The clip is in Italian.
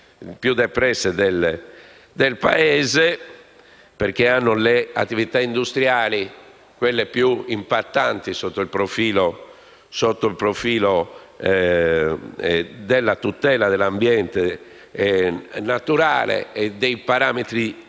più depresse del Paese, perché hanno le attività industriali più impattanti sotto il profilo della tutela dell'ambiente naturale e dei suoi parametri